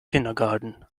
kindergarten